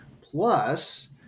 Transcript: Plus